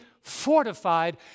fortified